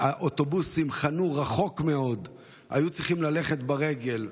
האוטובוסים חנו רחוק מאוד והיו צריכים ללכת ברגל.